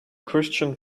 christian